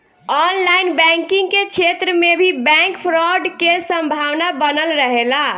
online banking के क्षेत्र में भी बैंक फ्रॉड के संभावना बनल रहेला